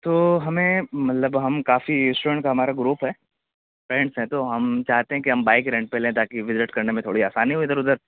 تو ہمیں مطلب ہم کافی اسٹوڈنٹ کا ہمارا گروپ ہے فرینڈس ہیں تو ہم چاہتے ہیں کہ ہم بائک رینٹ پہ لیں تاکہ وزٹ کرنے میں تھوڑی آسانی ہو ادھر ادھر